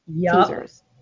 teasers